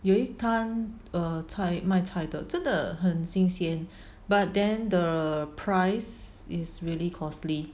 有一摊 err 才卖菜的真的很新鲜 but then the price is really costly